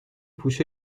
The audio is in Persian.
پوش